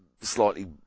slightly